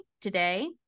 today